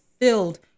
filled